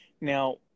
now